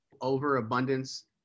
Overabundance